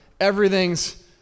everything's